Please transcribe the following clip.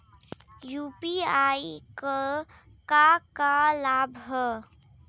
UPI क का का लाभ हव?